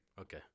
Okay